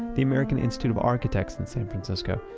the american institute of architects in san francisco,